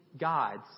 gods